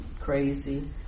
crazy